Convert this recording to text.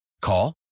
Call